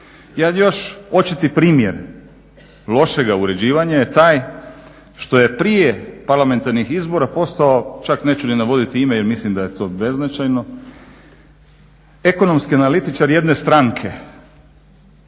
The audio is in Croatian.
Jedan još očiti primjer lošega uređivanja je taj što je prije parlamentarnih izbora postao čak neću ni navoditi ime jer mislim da je to beznačajno ekonomski analitičar jedne stranke,